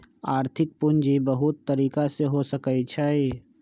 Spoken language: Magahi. आर्थिक पूजी बहुत तरिका के हो सकइ छइ